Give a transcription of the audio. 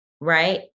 right